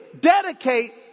dedicate